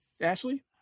Ashley